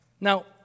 Now